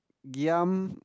giam